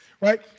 right